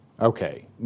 Okay